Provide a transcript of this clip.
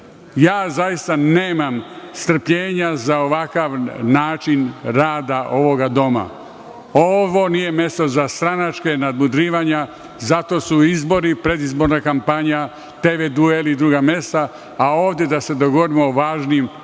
uzvraćali. Zaista nemam strpljenja za ovakav način rada ovog doma. Ovo nije mesto za stranačka nadmudrivanja i zato su izbori, predizborna kampanja, TV dueli i druga mesta, a ovde da se dogovorimo o važnim narodnim